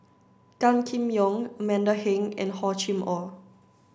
Gan Kim Yong Amanda Heng and Hor Chim Or